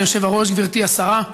אדוני היושב-ראש, גברתי השרה,